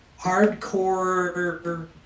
Hardcore